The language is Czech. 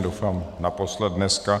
Doufám naposled dneska.